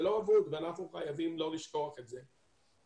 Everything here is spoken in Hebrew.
זה לא אבוד ואנחנו חייבים לא לשכוח את זה.